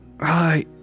hi